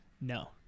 No